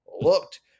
looked